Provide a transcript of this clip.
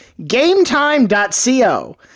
GameTime.co